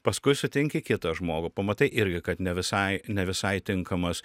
paskui sutinki kitą žmogų pamatai irgi kad ne visai ne visai tinkamas